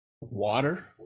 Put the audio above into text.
water